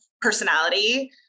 personality